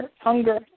hunger